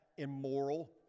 immoral